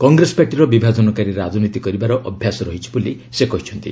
କଂଗ୍ରେସ ପାର୍ଟିର ବିଭାଜନକାରୀ ରାଜନୀତି କରିବାର ଅଭ୍ୟାସ ରହିଛି ବୋଲି ସେ କହିଛନ୍ତି